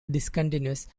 discontinuous